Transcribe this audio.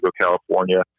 California